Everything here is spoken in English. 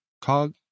Cog